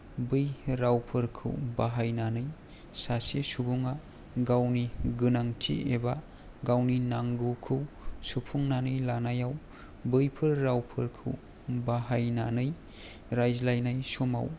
बै रावफोरखौ बाहायनानै सासे सुबुंआ गावनि गोनांथि एबा गावनि नांगौखौ सुफुंनानै लानायाव बैफोर रावफोरखौ बाहायनानै रायज्लायनाय समाव